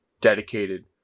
dedicated